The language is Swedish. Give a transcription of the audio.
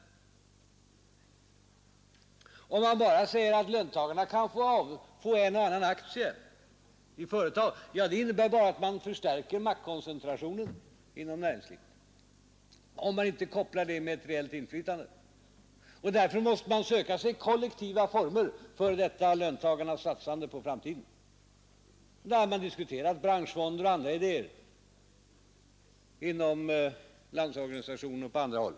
Om man säger att löntagarna kan få en och annan aktie i företag innebär det bara att man förstärker maktkoncentrationen inom näringslivet, därest man inte kopplar det med ett reellt inflytande. Därför måste man söka sig kollektiva former för detta löntagarnas satsande på framtiden. Man har diskuterat branschfonder och andra idéer inom Landsorganisationen och på andra håll.